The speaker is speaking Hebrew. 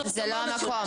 זה לא נכון.